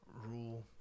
rule